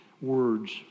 words